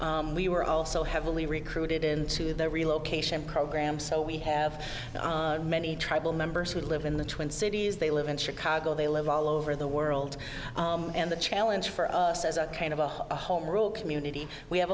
we were also heavily recruited into the relocation program so we have many tribal members who live in the twin cities they live in chicago they live all over the world and the challenge for us as a kind of a home rule community we have